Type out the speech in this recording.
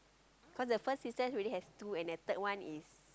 cause the first sister already has two and the third one is